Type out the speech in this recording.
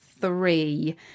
three